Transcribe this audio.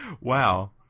Wow